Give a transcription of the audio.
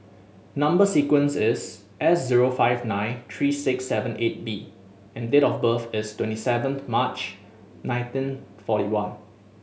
number sequence is S zero five nine three six seven eight B and date of birth is twenty seven March nineteen forty one